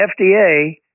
FDA